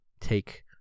take